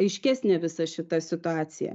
aiškesnė visa šita situacija